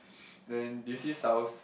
then this his house